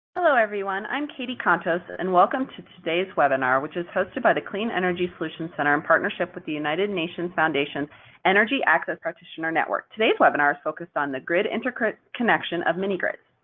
hello, everyone. i'm katie contos, and welcome to today's webinar, which is hosted by the clean energy solutions center in partnership with the united nations foundation energy access practitioner network. today's webinar is focused on the grid interconnection of mini-grids.